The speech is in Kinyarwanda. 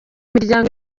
miryango